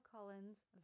Collins